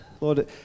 Lord